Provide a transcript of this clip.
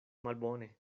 malbone